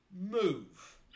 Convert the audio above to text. move